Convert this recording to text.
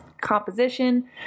composition